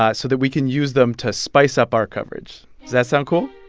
ah so that we can use them to spice up our coverage. does that sound cool?